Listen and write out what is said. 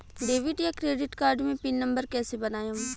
Debit या credit card मे pin number कैसे बनाएम?